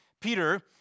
Peter